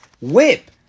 Whip